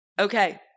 Okay